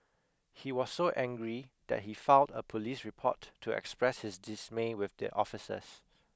he was so angry that he filed a police report to express his dismay with the officers